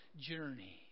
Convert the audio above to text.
journey